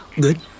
Good